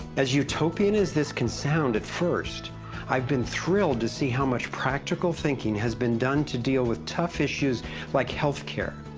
as utopian as this can sound at first i'we been thrilled to see how much practical thinking has been done to deal with tough issues like health care,